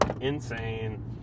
insane